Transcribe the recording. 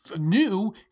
New